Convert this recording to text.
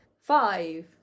Five